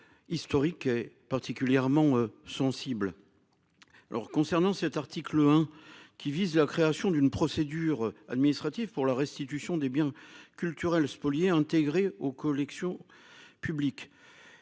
Historique est particulièrement sensible. Alors concernant cet article 1 qui vise la création d'une procédure administrative pour la restitution des biens culturels spoliés intégré aux collections publiques